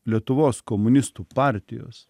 lietuvos komunistų partijos